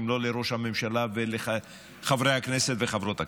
אם לא לראש הממשלה ולחברי הכנסת וחברות הכנסת?